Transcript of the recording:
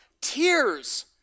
Tears